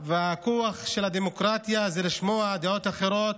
והכוח של הדמוקרטיה זה לשמוע דעות אחרות,